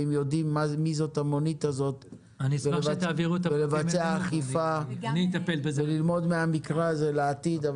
אם יודעים מי זאת המונית הזאת לבצע אכיפה וללמוד מן המקרה הזה לעתיד.